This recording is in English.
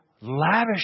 lavish